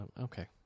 okay